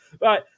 right